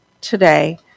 today